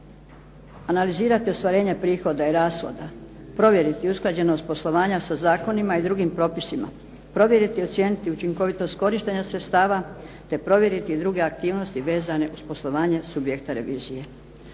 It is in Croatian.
analizirati ostvarenja prihoda i rashoda, provjeriti usklađenost poslovanja za zakonima i drugim propisima, provjeriti i ocijeniti učinkovitost korištenja sredstava, te provjeriti i druge aktivnosti vezane uz poslovanje subjekta revizije.